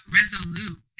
resolute